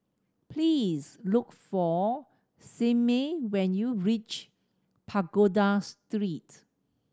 please look for Simmie when you reach Pagoda Street